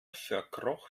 verkroch